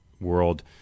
world